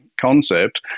concept